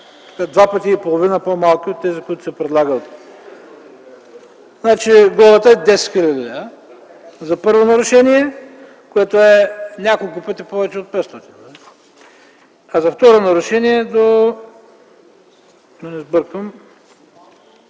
два пъти и половина по-малки от тези, които се предлагат. Например глобата е 10 хил. лв. за първо нарушение, което е няколко пъти повече от 500, а за второ нарушение –